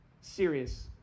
serious